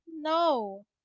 No